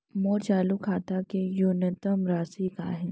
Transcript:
मोर चालू खाता के न्यूनतम राशि का हे?